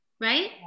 right